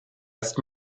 erst